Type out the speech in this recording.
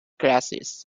glasses